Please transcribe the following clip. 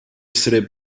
essere